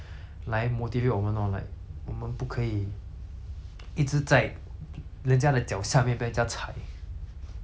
一直在人家的脚下面被人家踩我们要自己振作起来 lah like